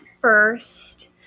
first